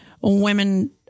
women